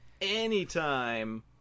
anytime